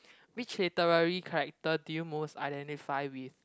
which literary character do you most identify with